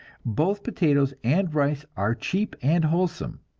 both potatoes and rice are cheap and wholesome,